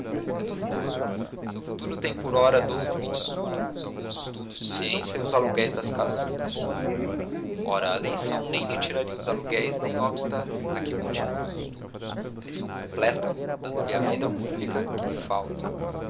é duvidoso seu futuro tem por ora dois limites únicos alguns estudos de ciência e os aluguéis das casas que possui ora a eleição nem lhe tira os aluguéis nem obsta a que continue os estudos a eleição completa o dando-lhe a vida pública que lhe falta